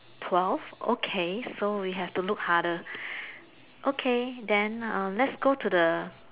twelve okay so we have to look harder okay then um let's go to the